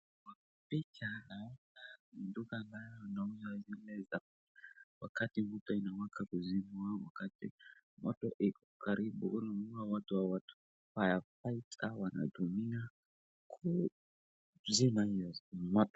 Picha naona duka ambayo inauza zile za wakati moto inawaka kuzima, wakati moto iko karibu fire fighter wanatumia kuzima hiyo moto.